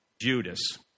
Judas